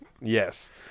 Yes